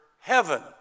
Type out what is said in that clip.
heaven